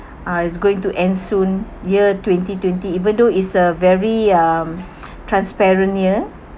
uh it's going to end soon year twenty twenty even though it's a very um transparent near